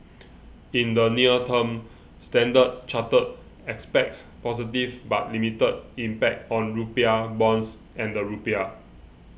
in the near term Standard Chartered expects positive but limited impact on rupiah bonds and the rupiah